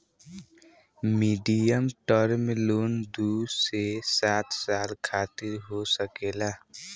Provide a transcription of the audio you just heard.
medium term loan दू से सात साल खातिर हो सकेला